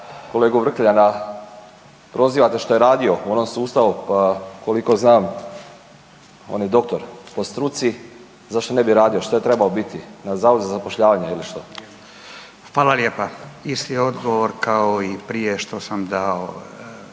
kolegu Vrkljana prozivate što je radio u onom sustavu. Koliko znam on je doktor po struci, zašto ne bi radio, šta je trebao biti na zavodu za zapošljavanje ili što? **Radin, Furio (Nezavisni)** Isti odgovor kao i prije što sam dao